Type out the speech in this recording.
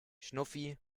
schnuffi